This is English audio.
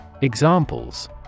Examples